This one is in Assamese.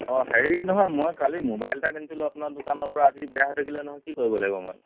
অঁ হেৰি নহয় মই কালি মোবাইল এটা কিনিছিলোঁ আপোনাৰ দোকানৰ পৰা আজি বেয়া হৈ থাকিলে নহয় কি কৰিব লাগিব মই